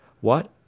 What